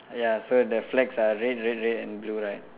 ya so the flags are red red red and blue right